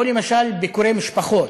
או למשל, ביקורי משפחות,